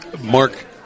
Mark